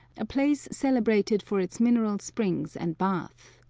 a place celebrated for its mineral springs and bath.